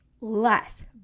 less